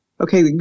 okay